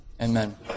amen